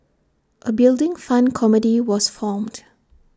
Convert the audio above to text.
A Building Fund committee was formed